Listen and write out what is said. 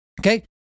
Okay